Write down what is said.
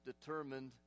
determined